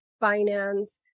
finance